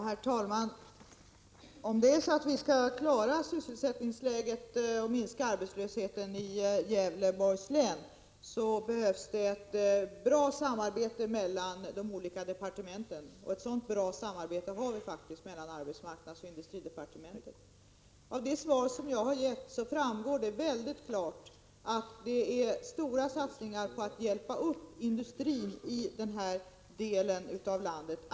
Herr talman! Skall vi klara sysselsättningsläget och minska arbetslösheten i Gävleborgs län behövs bra samarbete mellan de olika departementen, och ett sådant har vi mellan arbetsmarknadsdepartementet och industridepartementet. Av det svar som jag har gett framgår mycket klart att det görs stora satsningar på att hjälpa upp industrin i denna del av landet.